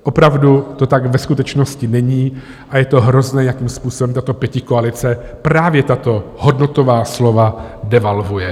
Opravdu to tak ve skutečnosti není a je to hrozné, jakým způsobem tato pětikoalice právě tato hodnotová slova devalvuje.